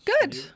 Good